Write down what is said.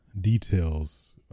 details